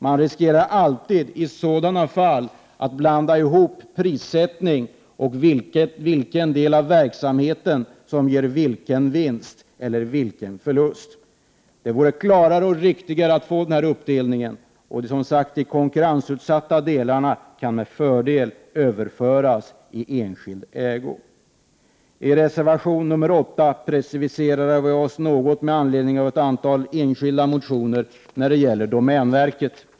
Man riskerar alltid i sådana fall att blanda ihop prissättning och vilken del av verksamheten som ger vinst och vilken del som ger förlust. Det vore klarare och riktigare att få en uppdelning. De konkurrensutsatta delarna kan, som sagt, med fördel överföras i enskild ägo. I reservation 8 preciserar vi oss något med anledning av ett antal enskilda motioner när det gäller domänverket.